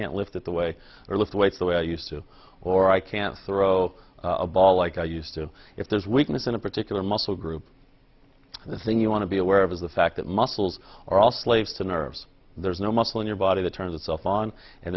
can't lift it the way or lift weights the way i used to or i can't throw a ball like i used to if there's weakness in a particular muscle group the thing you want to be aware of is the fact that muscles are all slaves to nerves there's no muscle in your body that turns itself on and